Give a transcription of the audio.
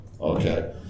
okay